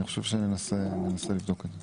אני חושב שננסה לבדוק את זה.